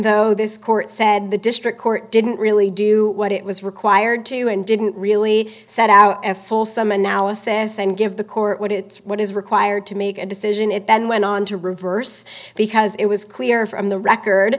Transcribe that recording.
though this court said the district court didn't really do what it was required to and didn't really set out a full some analysis and give the court what its what is required to make a decision and then went on to reverse because it was clear from the record